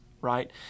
right